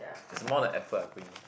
is more like effort I put in